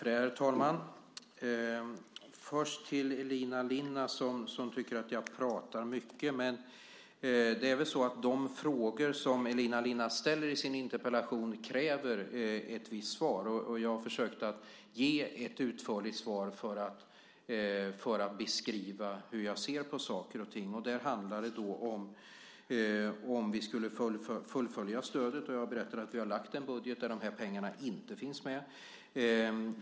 Herr talman! Elina Linna tycker att jag pratar mycket. Men de frågor som Elina Linna ställer i sin interpellation kräver ett visst svar, och jag har försökt ge ett utförligt svar för att beskriva hur jag ser på saker och ting. En fråga var om vi skulle fullfölja stödet, och jag har berättat att vi har lagt en budget där de här pengarna inte finns med.